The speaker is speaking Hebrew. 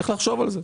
צריך לחשוב על זה.